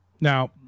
Now